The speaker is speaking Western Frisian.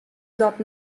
dat